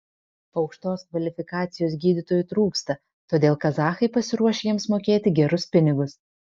aukštos kvalifikacijos gydytojų trūksta todėl kazachai pasiruošę jiems mokėti gerus pinigus